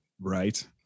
right